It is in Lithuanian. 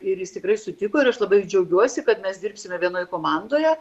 ir jis tikrai sutiko ir aš labai džiaugiuosi kad mes dirbsim vienoje komandoje